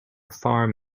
farm